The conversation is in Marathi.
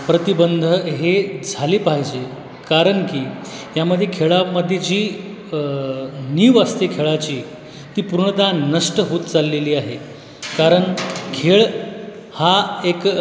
प्रतिबंध हे झाले पाहिजे कारण की यामध्ये खेळामध्ये जी नीव असते खेळाची ती पूर्णतः नष्ट होत चाललेली आहे कारण खेळ हा एक